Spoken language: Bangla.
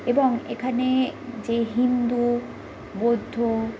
এবং এখানে যে হিন্দু বৌদ্ধ